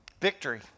victory